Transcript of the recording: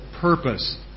purpose